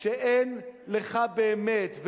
שאין לך באמת,